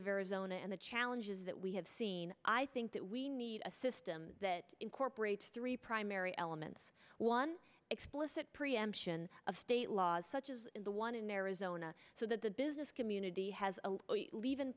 of arizona and the challenges that we have seen i think that we need a system that incorporates three primary elements one explicit preemption of state laws such as the one in arizona so that the business community has a leav